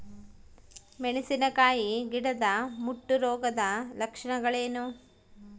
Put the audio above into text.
ಮೆಣಸಿನಕಾಯಿ ಗಿಡದ ಮುಟ್ಟು ರೋಗದ ಲಕ್ಷಣಗಳೇನು?